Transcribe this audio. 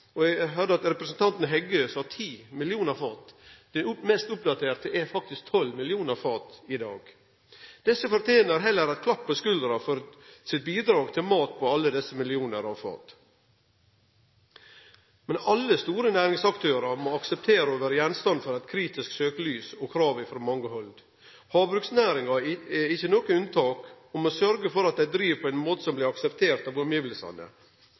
Eg høyrde at representanten Heggø sa 10 millionar fat. Det mest oppdaterte er faktisk 12 millionar fat i dag. Dei fortener heller eit klapp på skuldra for sitt bidrag til mat på alle desse millionar av fat. Men alle store næringsaktørar må akseptere å vere gjenstand for eit kritisk søkjelys og krav frå mange hald. Havbruksnæringa er ikkje noko unntak og må sørgje for at dei driv på ein måte som blir akseptert av